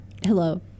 Hello